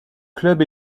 club